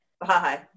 Bye